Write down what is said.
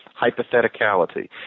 hypotheticality